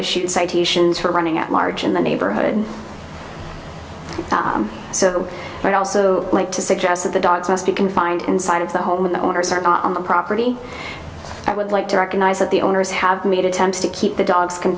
issued citations for running at large in the neighborhood so i'd also like to suggest that the dogs must be confined inside of the home and the owners are not on the property i would like to recognize that the owners have made attempts to keep the dogs c